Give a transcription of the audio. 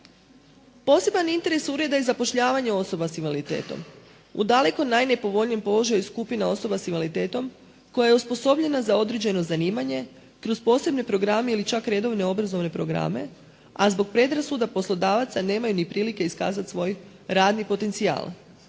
Poseban interes ureda je zapošljavanje osoba s invaliditetom. U daleko najnepovoljnijem položaju je skupina osoba s invaliditetom koja je osposobljena za određeno zanimanje kroz posebne programe ili čak redovne obrazovne programe a zbog predrasuda poslodavaca nemaju ni prilike iskazati svoj radni potencijal.